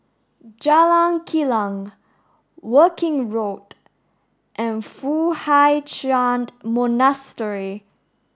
Jalan Kilang Woking Road and Foo Hai Ch'and Monastery